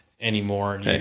anymore